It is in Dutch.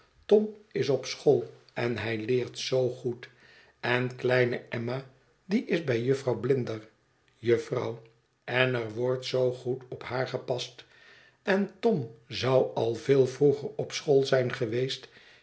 tom is op school en hij leert zoo goed en kleine emma die is bij jufvrouw blinder jufvrouw en er wordt zoo goed op haar gepast en tom zou al veel vroeger op school zijn geweest